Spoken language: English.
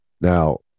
Now